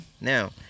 now